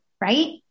right